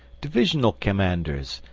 divisional commanders,